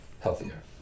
healthier